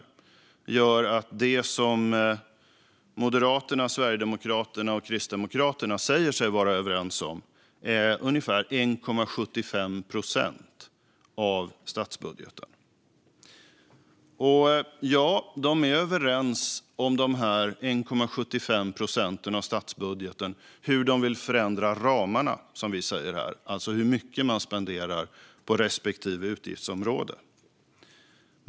Det gör att det som Moderaterna, Sverigedemokraterna och Kristdemokraterna säger sig vara överens om är ungefär 1,75 procent av statsbudgeten. Ja, de är överens om dessa 1,75 procent av statsbudgeten. Det handlar om hur de vill förändra ramarna, som vi säger här, alltså hur mycket man spenderar på respektive utgiftsområde.